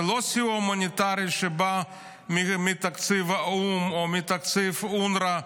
זה לא סיוע הומניטרי שבא מתקציב האו"ם או מתקציב אונר"א,